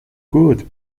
good